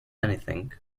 anything